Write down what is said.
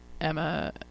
Emma